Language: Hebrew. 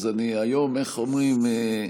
היום אני, איך אומרים,